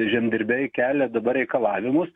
žemdirbiai kelia dabar reikalavimus